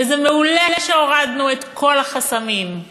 וזה מעולה שהורדנו את כל החסמים,